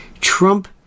Trump